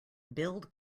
build